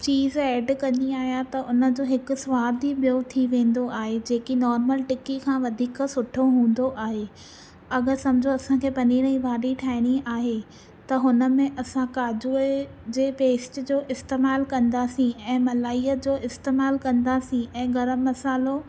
चीज़ add कंदी आहियां त उनजो हिकु सवादु ई ॿियो थी वेंदो आहे जेकी नोर्मल टिकी खां वधीक सुठो हूंदो आहे अगरि सम्झो असांखे पनीर जी भाॼी ठाहिणी आहे त हुनमें असां काजूअ जे पेस्ट जो इस्तेमालु कंदासीं ऐं मलाईअ जो इस्तेमालु कंदासीं ऐं गरम मसाल्हो